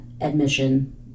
admission